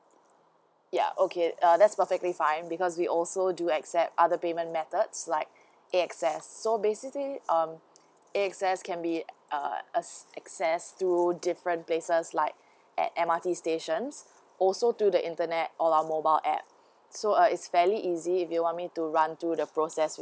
ya okay uh that's perfectly fine because we also do accept other payment methods like air access so basically um air access can be uh a~ access through different places like at M_R_T stations also through the internet on our mobile app so uh it's fairly easy if you want me to run through the process